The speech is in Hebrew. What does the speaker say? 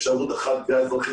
אפשרות אחת גבייה אזרחית,